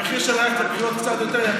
המחיר של ללכת לבחירות קצת יותר יקר,